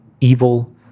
evil